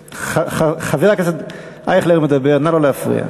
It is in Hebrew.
חבר הכנסת אייכלר מדבר, נא לא להפריע.